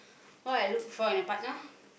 what I look for in a partner